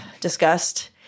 discussed